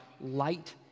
light